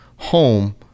Home